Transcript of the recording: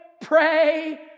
pray